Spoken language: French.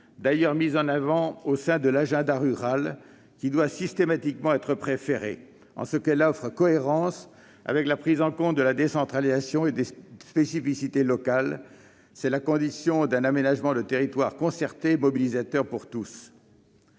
mise en avant au sein de l'agenda rural ; elle doit être systématiquement préférée, car elle offre de la cohérence grâce à la prise en compte de la décentralisation et des spécificités locales. C'est la condition d'un aménagement du territoire concerté et mobilisateur pour tous.